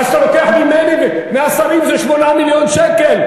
מה שאתה לוקח ממני ומהשרים זה 8 מיליון שקל.